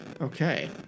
Okay